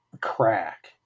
crack